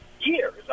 years